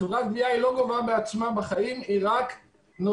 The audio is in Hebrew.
החברה לא גובה באופן עצמאי אלא נותנת